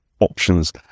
options